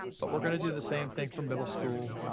but we're gonna do the same thing for middle school,